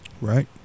Right